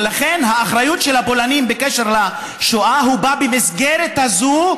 לכן האחריות של הפולנים בקשר לשואה באה במסגרת הזו,